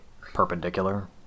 perpendicular